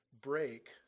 break